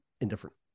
indifferent